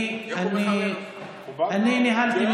אני ניהלתי,